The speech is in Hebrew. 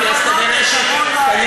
למה פינית את אנשי עמונה מביתם?